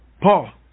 Paul